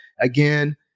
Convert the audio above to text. again